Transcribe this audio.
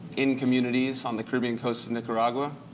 in communities on the caribbean coast of nicaragua.